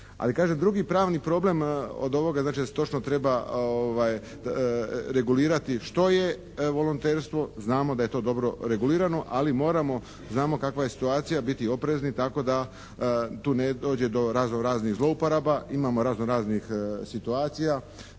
drugi pravni problem znači da se točno treba regulirati što je volonterstvo, znamo da je to dobro regulirano ali moramo, znamo kakva je situacija, biti oprezni tako da tu ne dođe do razno raznih zlouporaba. Imamo razno raznih situacija,